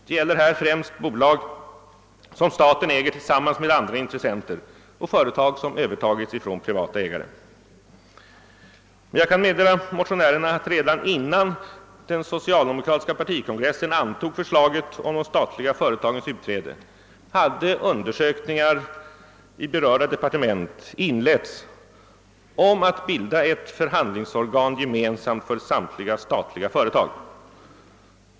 Det gäller här främst bolag som staten äger tillsammans med andra intressenter och företag som övertagits från privata ägare. Jag kan meddela motionärerna att redan innan den socialdemokratiska partikongressen antog förslaget om de statliga företagens utträde hade undersökningar inletts i berörda departement om att bilda ett förhandlingsorgan gemensamt för samtliga statliga företag.